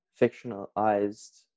fictionalized